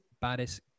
baddest